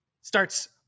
starts